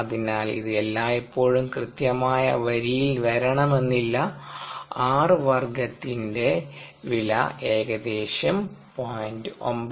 അതിനാൽ ഇത് എല്ലായ്പ്പോഴും കൃത്യമായ വരിയിൽ വരണമെന്നില്ല R വർഗത്തിൻറെ വില ഏകദേശം 0